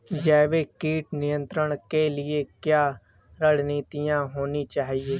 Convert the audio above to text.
जैविक कीट नियंत्रण के लिए क्या रणनीतियां होनी चाहिए?